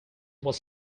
was